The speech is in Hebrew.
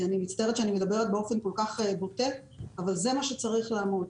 אני מצטערת שאני מדברת באופן בוטה אבל זה מה שצריך לומר.